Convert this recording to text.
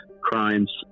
crimes